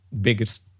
biggest